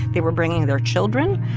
they were bringing their children.